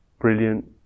brilliant